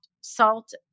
salt